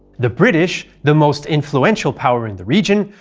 the british, the most influential power in the region,